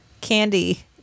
candy